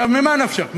ממה נפשך?